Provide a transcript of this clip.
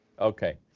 Okay